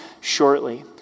shortly